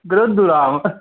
Garodu Ram